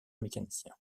mécanicien